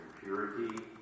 purity